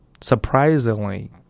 surprisingly